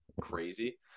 Crazy